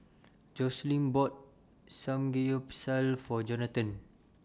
Joslyn bought Samgeyopsal For Johnathon